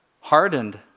hardened